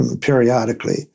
periodically